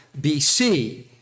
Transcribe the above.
BC